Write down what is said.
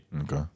Okay